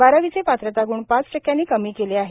बारावीचे पात्रता ग्ण पाच टक्क्यांनी कमी केले आहेत